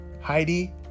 heidi